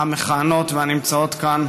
המכהנות והנמצאות כאן,